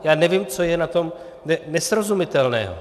Já nevím, co je na tom nesrozumitelného.